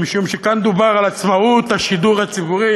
משום שכאן דובר על עצמאות השידור הציבורי,